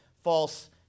false